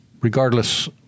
regardless